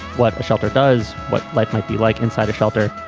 what shelter does what life might be like inside a shelter.